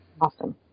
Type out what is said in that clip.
Awesome